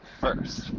first